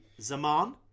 Zaman